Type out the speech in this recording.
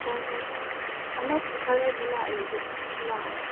ꯍꯣꯏ ꯍꯣꯏ ꯑꯅꯧꯕ ꯈꯔꯗꯤ ꯂꯥꯛꯑꯦ ꯑꯗꯨ ꯂꯥꯛꯑꯣ